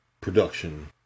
production